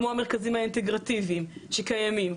כמו המרכזים האינטגרטיביים שקיימים,